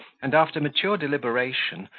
and after mature deliberation,